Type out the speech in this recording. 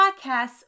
podcasts